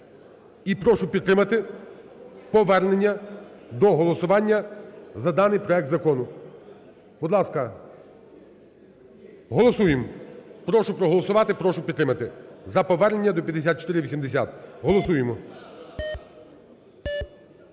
І прошу підтримати повернення до голосування за даний проект закону. Будь ласка, голосуємо. Прошу проголосувати, прошу підтримати за повернення до 5480. Голосуємо.